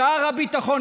שר הביטחון,